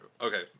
okay